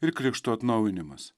ir krikšto atnaujinimas